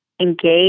engage